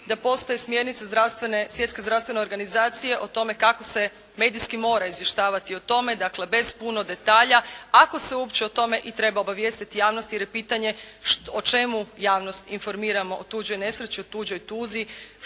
da postoje smjernice Svjetske zdravstvene organizacije o tome kako se medijski mora izvještavati o tome. Dakle, bez puno detalja ako se uopće o tome i treba obavijestiti javnost jer je pitanje o čemu javnost informiramo o tuđoj nesreći, o tuđoj tuzi